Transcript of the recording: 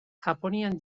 japonian